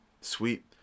sweet